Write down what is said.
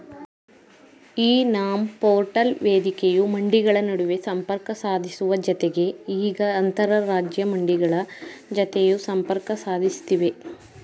E NAM portal ವೇದಿಕೆಯು ಮಂಡಿಗಳ ನಡುವೆ ಸಂಪರ್ಕ ಸಾಧಿಸುವ ಜತೆಗೆ ಈಗ ಅಂತರರಾಜ್ಯ ಮಂಡಿಗಳ ಜತೆಯೂ ಸಂಪರ್ಕ ಸಾಧಿಸ್ತಿವೆ